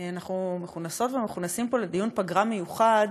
אנחנו מכונסות ומכונסים פה לדיון פגרה מיוחד